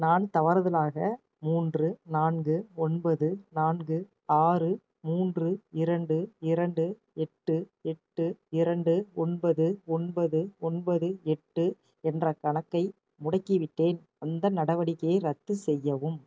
நான் தவறுதலாக மூன்று நான்கு ஒன்பது நான்கு ஆறு மூன்று இரண்டு இரண்டு எட்டு எட்டு இரண்டு ஒன்பது ஒன்பது ஒன்பது எட்டு என்ற கணக்கை முடக்கிவிட்டேன் அந்த நடவடிக்கையை ரத்து செய்யவும்